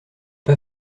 pas